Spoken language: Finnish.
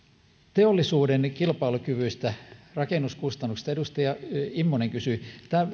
teollisuuden kilpailukyvystä rakennuskustannuksista edustaja immonen kysyi